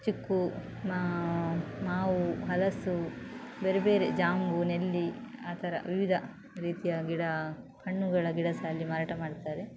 ಚಿಕ್ಕು ಮಾವು ಹಲಸು ಬೇರೆ ಬೇರೆ ಜಾಂಬು ನೆಲ್ಲಿ ಆ ಥರ ವಿವಿಧ ರೀತಿಯ ಗಿಡ ಹಣ್ಣುಗಳ ಗಿಡ ಸಹ ಅಲ್ಲಿ ಮಾರಾಟ ಮಾಡುತ್ತಾರೆ